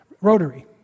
Rotary